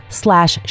slash